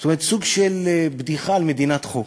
זאת אומרת, סוג של בדיחה על מדינת חוק.